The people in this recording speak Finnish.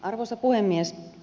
arvoisa puhemies